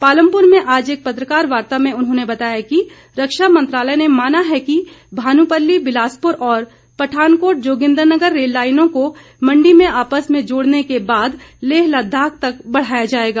पालमपुर में आज एक पत्रकार वार्ता में उन्होंने बताया कि रक्षा मंत्रालय ने माना है कि भानुपल्ली बिलासपुर और पठानकोट जोगिंद्रनगर रेल लाईनों को मण्डी में आपस में जोड़ने के बाद लेह लद्दाख तक बढ़ाया जाएगा